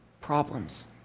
problems